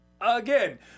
again